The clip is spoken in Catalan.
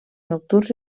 nocturns